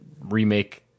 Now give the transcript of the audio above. remake